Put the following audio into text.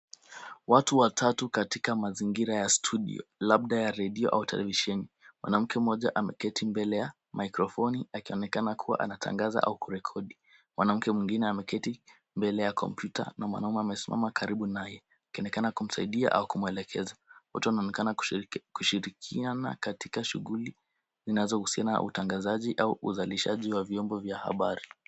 Watu watatu katika mazingira ya studio labda ya redio au televisheni. Mwanamke mmoja ameketi mbele ya maikrofoni akionekana kuwa anatangaza au kurekodi. Mwanamke mwingine ameketi mbele ya kompyuta na mwanaume amesimama karibu naye. Akionekana kumsaidia au kumwelekeza. Wote wanaonekana kushirikiana katika shughuli zinazohusiana na utangazaji au uzalishaji wa vyombo vya habari.